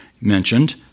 mentioned